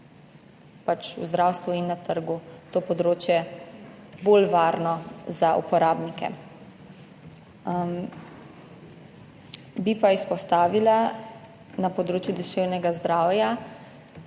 bo v zdravstvu in na trgu to področje bolj varno za uporabnike. Bi pa izpostavila na področju duševnega zdravja